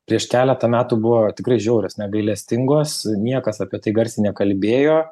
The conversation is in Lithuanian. prieš keletą metų buvo tikrai žiaurios negailestingos niekas apie tai garsiai nekalbėjo